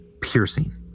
Piercing